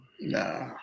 nah